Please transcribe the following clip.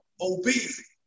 Obese